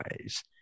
ways